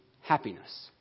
happiness